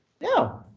No